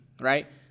right